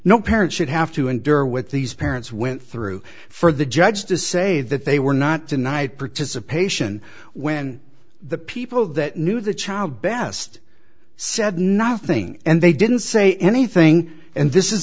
no parent should have to endure with these parents went through for the judge to say that they were not tonight participation when the people that knew the child best said nothing and they didn't say anything and this is